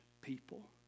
people